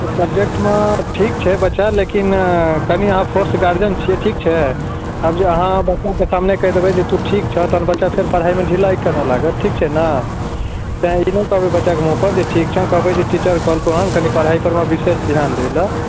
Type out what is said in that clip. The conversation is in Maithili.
नहि सब्जेक्टमे ठीक छै बच्चा लेकिन कनि अहाँ फोर्स गार्जिअन छिए ठीक छै आब जखन बच्चाके सामने कहि देबै जे तू ठीक छेँ तहन बच्चा फेर पढ़ाइमे ढिलाइ करऽ लागत ठीक छै ने तेँ ई नहि कहबै बच्चाके मुँहपर ठीक छेँ कहबै जे टीचर कहलखुन पढ़ाइपरमे विशेष धिआन दैलए